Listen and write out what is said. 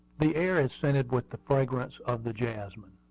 the air is scented with the fragrance of the jasmine.